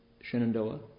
Shenandoah